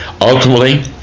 Ultimately